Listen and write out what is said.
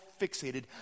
fixated